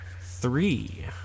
Three